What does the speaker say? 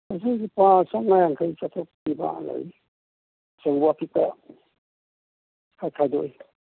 ꯆꯐꯨꯁꯤ ꯂꯨꯄꯥ ꯆꯃꯉꯥ ꯌꯥꯡꯈꯩ ꯆꯥꯇꯔꯨꯛ ꯄꯤꯕ ꯂꯩ ꯑꯆꯧꯕ ꯑꯄꯤꯛꯄ ꯈꯔ ꯈꯥꯏꯗꯣꯛꯏ